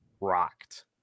rocked